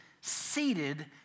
seated